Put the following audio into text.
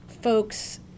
folks